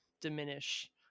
diminish